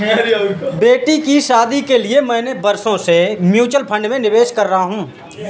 बेटी की शादी के लिए मैं बरसों से म्यूचुअल फंड में निवेश कर रहा हूं